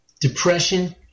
depression